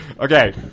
Okay